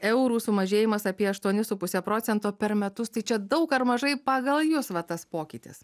eurų sumažėjimas apie aštuoni su puse procento per metus tai čia daug ar mažai pagal jus va tas pokytis